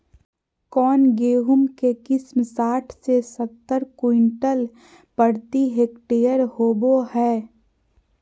कौन गेंहू के किस्म साठ से सत्तर क्विंटल प्रति हेक्टेयर होबो हाय?